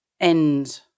end